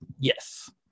Yes